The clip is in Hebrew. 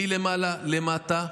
מלמעלה למטה.